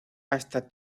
hasta